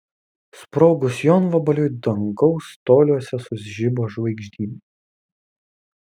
sprogus jonvabaliui dangaus toliuose sužibo žvaigždynai